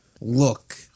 look